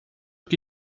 que